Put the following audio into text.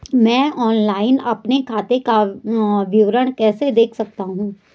मैं ऑनलाइन अपने खाते का विवरण कैसे देख सकता हूँ?